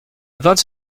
vingt